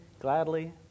gladly